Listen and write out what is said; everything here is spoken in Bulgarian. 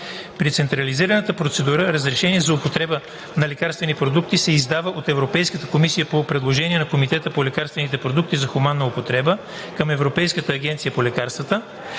При централизираната процедура разрешение за употреба на лекарствен продукт се издава от Европейската комисия по предложение на Комитета по лекарствените продукти за хуманна употреба (CHMP) към Европейската агенция по лекарствата,